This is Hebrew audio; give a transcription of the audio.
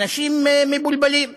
אנשים מבולבלים.